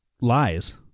lies